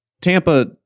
Tampa